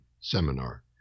seminar